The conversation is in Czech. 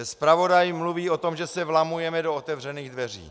Zpravodaj mluví o tom, že se vlamujeme do otevřených dveří.